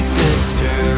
sister